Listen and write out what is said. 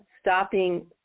stopping